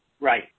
Right